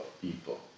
people